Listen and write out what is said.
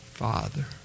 father